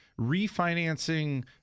refinancing